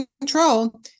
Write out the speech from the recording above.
control